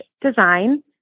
design